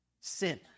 sin